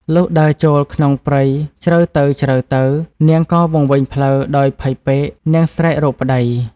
លុះដើរចូលក្នុងព្រៃជ្រៅទៅៗ នាងក៏វង្វេងផ្លូវដោយភ័យពេក នាងស្រែក រកប្តី ។